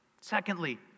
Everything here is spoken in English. Secondly